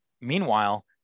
meanwhile